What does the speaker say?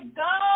go